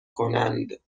کنند